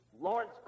Lawrence